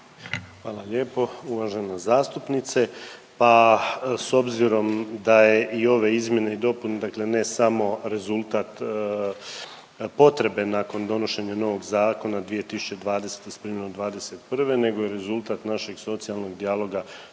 Hvala lijepo uvažena zastupnice, pa s obzirom da je i ove izmjene i dopune, dakle ne samo rezultat potrebe nakon donošenja novog zakona 2020. s primjenom '21. nego je rezultat našeg socijalnog dijaloga